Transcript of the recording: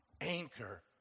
anchor